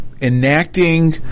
enacting